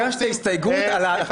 ולכן הגשת הסתייגות על ההפגנות בבלפור.